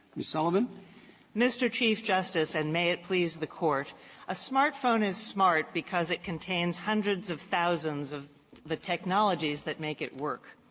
ms. sullivan. sullivan mr. chief justice, and may it please the court a smartphone is smart because it contains hundreds of thousands of the technologies that make it work.